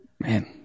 man